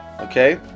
Okay